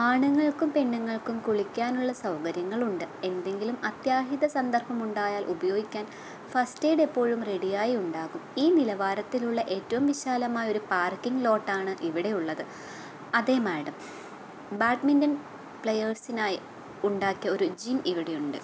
ആണുങ്ങൾക്കും പെണ്ണുങ്ങൾക്കും കുളിക്കാനുള്ള സൗകര്യങ്ങളുണ്ട് എന്തെങ്കിലും അത്യാഹിത സന്ദർഭമുണ്ടായാൽ ഉപയോഗിക്കാൻ ഫസ്റ്റ് എയ്ഡ് എപ്പോഴും റെഡിയായി ഉണ്ടാകും ഈ നിലവാരത്തിലുള്ള ഏറ്റവും വിശാലമായ ഒരു പാർക്കിങ് ലോട്ട് ആണ് ഇവിടെ ഉള്ളത് അതെ മാഡം ബാഡ്മിന്റൺ പ്ലയേഴ്സിനായി ഉണ്ടാക്കിയ ഒരു ജിം ഇവിടെയുണ്ട്